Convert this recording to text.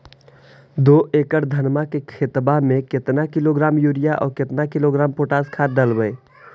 दो एकड़ धनमा के खेतबा में केतना किलोग्राम युरिया और केतना किलोग्राम पोटास खाद डलबई?